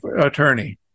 attorney